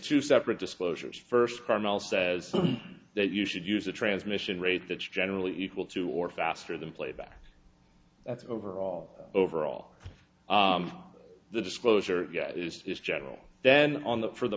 two separate disclosures first carmel says that you should use a transmission rate that's generally equal to or faster than playback that's over all over all the disclosure is this general then on the for the